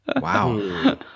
Wow